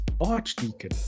Archdeacon